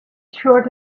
short